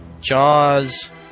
Jaws